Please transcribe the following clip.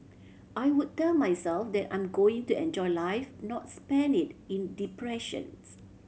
I would tell myself that I'm going to enjoy life not spend it in depressions